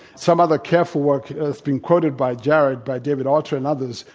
some other careful work that's been quoted by jared, by david auter and others,